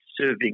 serving